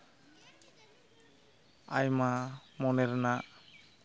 ᱟᱭᱢᱟ ᱢᱚᱱᱮ ᱨᱮᱱᱟᱜ